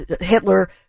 Hitler